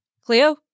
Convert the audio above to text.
Cleo